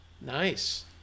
nice